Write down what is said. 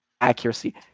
accuracy